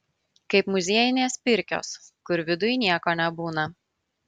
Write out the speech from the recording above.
kaip muziejinės pirkios kur viduj nieko nebūna